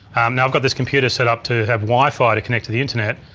now i've got this computer set up to have wifi to connect to the internet,